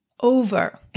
over